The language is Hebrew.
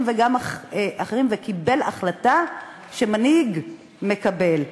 גם פוליטיים וגם אחרים, וקיבל החלטה שמנהיג מקבל.